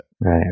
Right